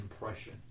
impression